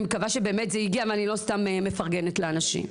אני מקווה שזה באמת הגיע ולא סתם אני מפרגנת לאנשים.